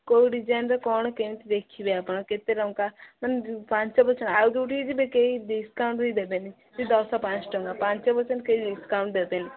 କୋଉ ଡିଜାଇନ୍ର କ'ଣ କେମିତି ଦେଖିବେ ଆପଣ କେତେ ଟଙ୍କା ମାନେ ପାଞ୍ଚ ପର୍ସେଣ୍ଟ୍ ଆଉ ଯୋଉଠିକି ଯିବେ କେହି ଡିସ୍କାଉଣ୍ଟ୍ ବି ଦେବେନି ଦଶ ପାଞ୍ଚ ଟଙ୍କା ପାଞ୍ଚ ପର୍ସେଣ୍ଟ୍ କେହି ଡିସ୍କାଉଣ୍ଟ୍ ଦେବେନି